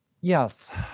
Yes